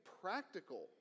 practical